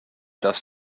das